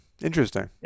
interesting